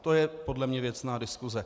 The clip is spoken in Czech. To je podle mě věcná diskuse.